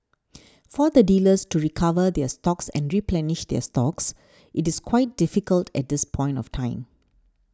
for the dealers to recover their stocks and replenish their stocks it is quite difficult at this point of time